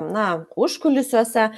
na užkulisiuose